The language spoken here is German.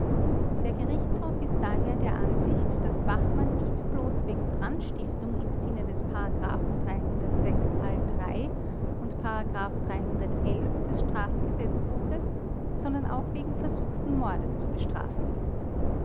der gerichtshof ist daher der ansicht daß bachmann nicht bloß wegen brandstiftung im sinne des al und des strafgesetzbuches sondern auch wegen versuchten mordes zu bestrafen ist